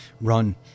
run